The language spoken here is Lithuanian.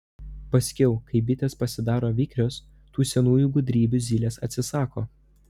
paskiau kai bitės pasidaro vikrios tų senųjų gudrybių zylės atsisako